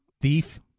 thief